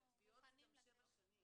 אבל תביעות זה גם שבע שנים.